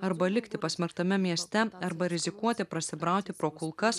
arba likti pasmerktame mieste arba rizikuoti prasibrauti pro kulkas